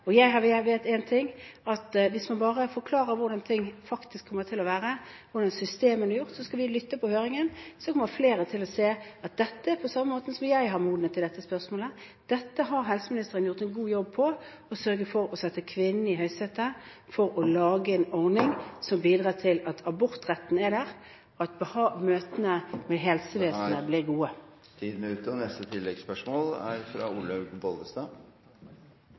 Jeg vet én ting: Hvis man bare forklarer hvordan ting faktisk kommer til å være, hvordan systemene er gjort – og så skal vi lytte på høringen – så kommer flere til å se, på samme måten som jeg har modnet i dette spørsmålet, at her har helseministeren gjort en god jobb i å sørge for å sette kvinnen i høysetet for å lage en ordning som bidrar til at abortretten er der, og at møtene med helsevesenet blir gode.